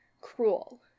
cruel